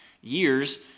years